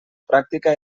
pràctica